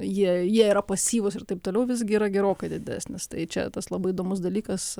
jie jie yra pasyvūs ir taip toliau visgi yra gerokai didesnis tai čia tas labai įdomus dalykas